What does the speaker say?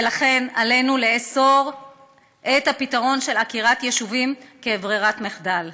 ולכן עלינו לאסור את הפתרון של עקירת יישובים כברירת מחדל.